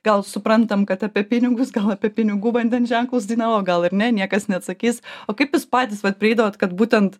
gal suprantam kad apie pinigus gal apie pinigų vandens ženklus dainavo gal ir ne niekas neatsakys o kaip jūs patys vat prieidavote kad būtent